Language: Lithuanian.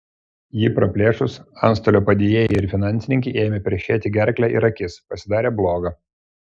jį praplėšus antstolio padėjėjai ir finansininkei ėmė perštėti gerklę ir akis pasidarė bloga